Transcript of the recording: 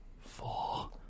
four